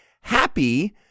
happy